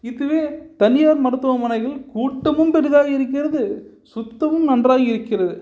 இதுவே தனியார் மருத்துவமனைகள் கூட்டமும் பெரிதாக இருக்கிறது சுத்தமும் நன்றாக இருக்கிறது